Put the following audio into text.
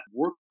work